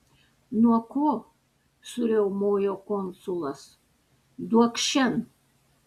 nuo ko suriaumojo konsulas duokš šen